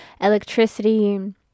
electricity